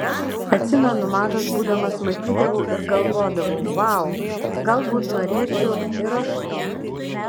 atsimenu mažas būdamas matydavau ir galvodavau vau galbūt norėčiau ir aš to